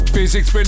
Physics